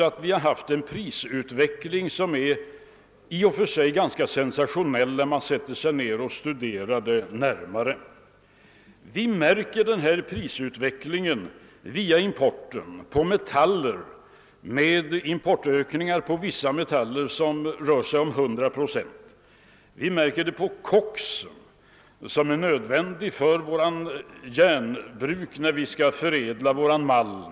Den har föranlett en prisutveckling med stigande priser som framstår såsom ganska sensationell när man studerar den närmare. Vi märker denna prisutveckling när vi ser på importerade metaller. Prisstegringarna på vissa metaller rör sig om 100 procent. Vi märker den på koksen, som är nödvändig för våra järnbruk som förädlar malm.